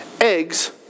eggs